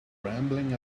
rambling